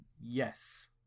Yes